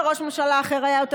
וראש ממשלה אחר היה יותר.